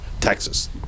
Texas